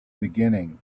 beginning